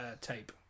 tape